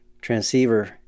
transceiver